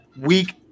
week